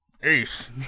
ace